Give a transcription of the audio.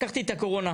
לקחתי את הקורונה.